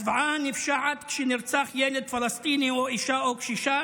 הזוועה הנפשעת כשנרצחים ילד פלסטיני או אישה או קשישה